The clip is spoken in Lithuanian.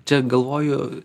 čia galvoju